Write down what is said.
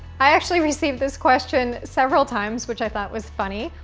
i actually received this question several times, which i thought was funny,